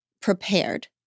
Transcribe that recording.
prepared